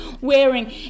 wearing